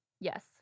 Yes